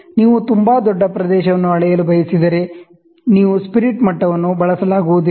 ನೀವು ತುಂಬಾ ದೊಡ್ಡ ಪ್ರದೇಶವನ್ನು ಅಳೆಯಲು ಬಯಸಿದರೆ ನಂತರ ನೀವು ಸ್ಪಿರಿಟ್ ಮಟ್ಟವನ್ನು ಬಳಸಲಾಗುವುದಿಲ್ಲ